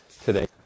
today